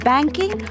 Banking